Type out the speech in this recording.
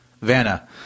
Vanna